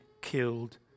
killed